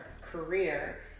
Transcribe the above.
career